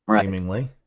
seemingly